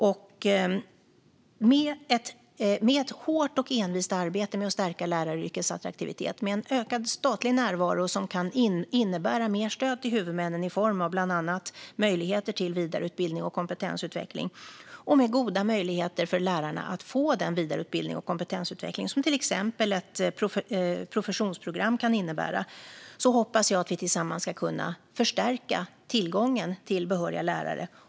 Med ett hårt och envist arbete för att stärka läraryrkets attraktivitet, med en ökad statlig närvaro som kan innebära mer stöd till huvudmännen i form av bland annat möjligheter till vidareutbildning och kompetensutveckling och med goda möjligheter för lärarna att få den vidareutbildning och kompetensutveckling som exempelvis ett professionsprogram kan innebära hoppas jag att vi tillsammans ska kunna förstärka tillgången till behöriga lärare.